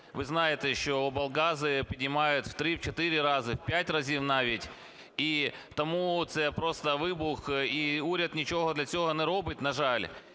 Ви знаєте, що облгази піднімають в 3-4 рази, в 5 разів навіть, і тому це просто вибух, і уряд нічого для цього не робить, на жаль.